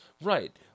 Right